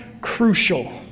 crucial